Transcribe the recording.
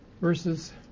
verses